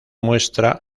muestra